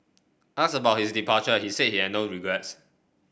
asked about his departure he said he had no regrets